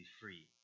free